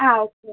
ആ ഒക്കെ